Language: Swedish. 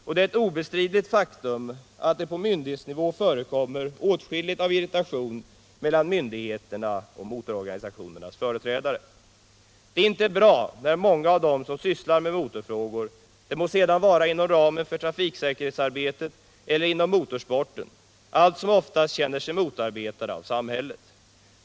Och det är ett obestridligt faktum att åtskilligt av irritation förekommer mellan myndigheterna och motororganisationernas företrädare. Det är inte bra när många av dem som sysslar med motorfrågor, det må sedan vara inom ramen för trafiksäkerhetsarbetet eller inom motorsporten, allt som oftast känner sig motarbetade av samhället.